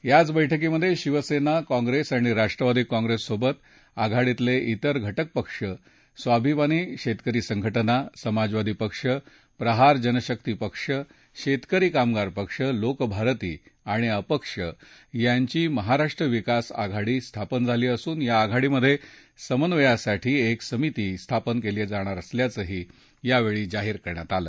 याच बैठकीत शिवसेना काँग्रेस आणि राष्ट्रवादी काँग्रेस सोबत आघाडीतले तिर घटकपक्ष स्वाभिमानी शेतकरी संघटना समाजवादी पक्ष प्रहार जनशक्ती पक्ष शेतकरी कामगार पक्ष लोकभारती आणि अपक्ष यांची महाराष्ट्र विकास आघाडी स्थापन झाली असून या आघाडीमध्ये समन्वयासाठी एक समिती स्थापन केली जाणार असल्याचं यावेळी जाहीर करण्यात आलं